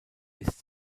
ist